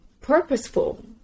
purposeful